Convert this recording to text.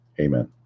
Amen